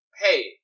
hey